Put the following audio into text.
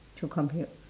to compute